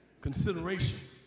consideration